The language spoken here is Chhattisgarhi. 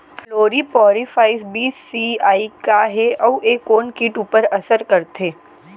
क्लोरीपाइरीफॉस बीस सी.ई का हे अऊ ए कोन किट ऊपर असर करथे?